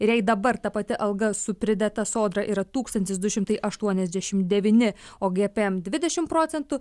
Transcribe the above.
ir jei dabar ta pati alga su pridėta sodra yra tūkstantis du šimtai aštuoniasdešim devyni o gpm dvidešim procentų